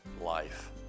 life